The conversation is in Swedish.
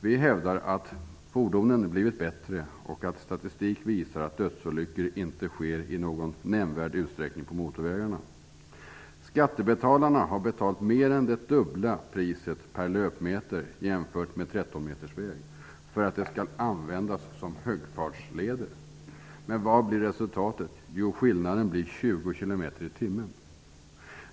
Vi hävdar att fordonen har blivit bättre och att statistik visar att dödsolyckor på motorvägar inte sker i någon nämnvärd utsträckning. Skattebetalarna har betalat mer än det dubbla priset per meter för vägar som är 13 meter breda, för att de skall användas som högfartsleder. Men vad blir resultatet? Resultatet blir en hastighetsgräns som är 20 km/tim högre.